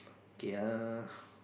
K err